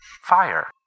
Fire